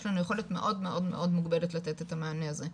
גם אנחנו יש לנו יכולת מאוד מוגבלת לתת את המענה הזה,